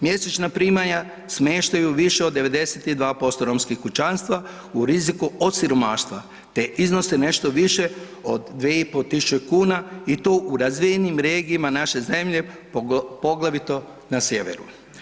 Mjesečna primanja smještaju više od 92% romskih kućanstava u riziku od siromaštva te iznose nešto više od 2 i pol tisuće kuna i to u razvijenim regijama naše zemlje, poglavito na sjeveru.